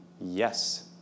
Yes